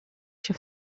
się